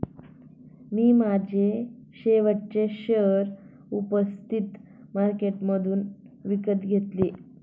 मी माझे शेवटचे शेअर उपस्थित मार्केटमधून विकत घेतले